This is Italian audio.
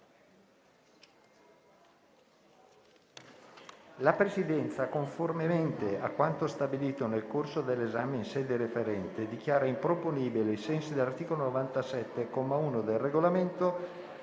la Presidenza, conformemente a quanto stabilito nel corso dell'esame in sede referente, dichiara improponibile, ai sensi dell'articolo 97, comma 1, del Regolamento,